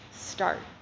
start